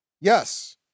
Yes